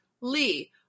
Lee